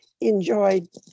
enjoyed